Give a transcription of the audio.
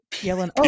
Yelling